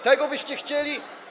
Tego byście chcieli?